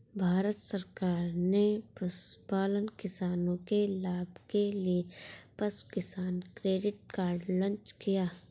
भारत सरकार ने पशुपालन किसानों के लाभ के लिए पशु किसान क्रेडिट कार्ड लॉन्च किया